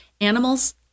Animals